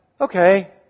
okay